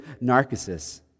Narcissus